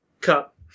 cup